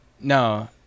no